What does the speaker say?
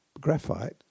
graphite